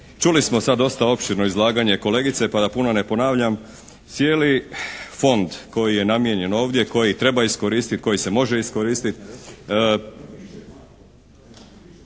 čuli smo sad dosta opširno izlaganje kolegice pa da puno ne ponavljam. Cijeli fond koji je namijenjen ovdje, koji treba iskoristiti, koji se može iskoristiti